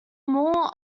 more